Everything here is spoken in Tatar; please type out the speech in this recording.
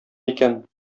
икән